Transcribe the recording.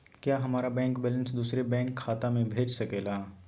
क्या हमारा bank balance दूसरे बैंक खाता में भेज सके ला?